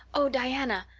oh, diana,